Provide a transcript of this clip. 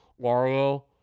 Mario